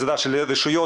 עזרה של הרשויות,